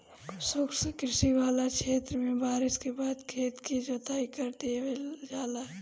शुष्क कृषि वाला क्षेत्र में बारिस के बाद खेत क जोताई कर देवल जाला